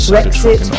Brexit